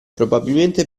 probabilmente